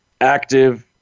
active